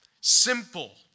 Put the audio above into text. simple